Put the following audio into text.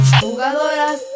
Jugadoras